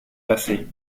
passée